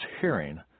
hearing